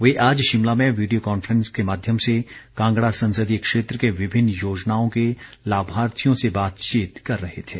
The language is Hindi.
वे आज शिमला में वीडियो कॉन्फ्रेंस के माध्यम से कांगड़ा संसदीय क्षेत्र के विभिन्न योजनाओं के लाभार्थियों से बातचीत कर रहे थे